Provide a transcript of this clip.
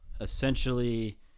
Essentially